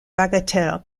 bagatelle